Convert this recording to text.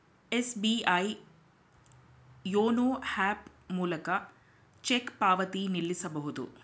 SBI YONO app ಮೂಲಕ cheque ಪಾವತಿ ನಿಲ್ಲಿಸಬಹುದು